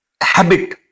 habit